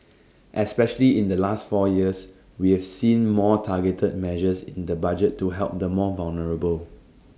especially in the last four years we have seen more targeted measures in the budget to help the more vulnerable